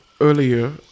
Earlier